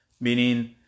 meaning